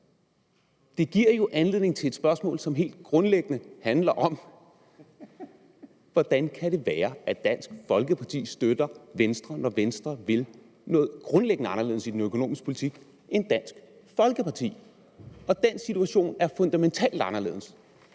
Det giver jo anledning til et spørgsmål, som helt grundlæggende handler om, hvordan det kan være, at Dansk Folkeparti støtter Venstre, når Venstre vil noget grundlæggende andet i den økonomiske politik end Dansk Folkeparti. Den situation er fundamentalt anderledes